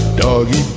doggy